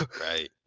Right